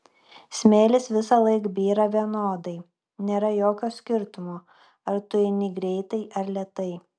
smėlis visąlaik byra vienodai nėra jokio skirtumo ar tu eini greitai ar lėtai